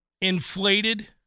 inflated